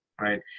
Right